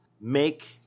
make